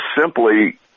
simply –